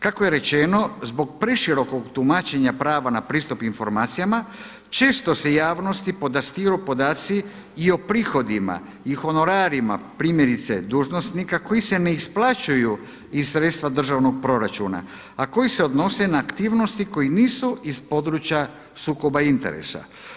Kako je rečeno zbog preširokog tumačenja prava na pristup informacijama, često se javnosti podastiru podaci i o prihodima i honorarima, primjerice dužnosnika koji se ne isplaćuju iz sredstva državnog proračuna, a koje se odnose na aktivnosti koje nisu iz područja sukoba interesa.